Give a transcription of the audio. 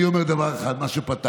אני אומר דבר אחד, את מה שפתחתי: